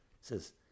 says